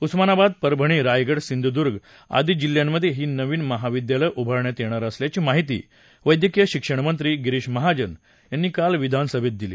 उस्मानाबाद परभणी रायगड सिंधूर्व्ग आदी जिल्ह्यामध्ये ही नवीन महाविद्यालयं उभारण्यात येणार असल्याची माहिती वैद्यकीय शिक्षण मंत्री गिरीश महाजन यांनी काल विधान परिषदेत दिली